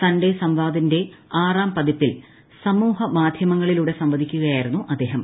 Sunday സംവാദിന്റെ ആറാം പതിപ്പിൽ സാമൂഹ മാധൃമങ്ങളിലൂടെ സംവദിക്കുക യായിരുന്നു അദ്ദേഹം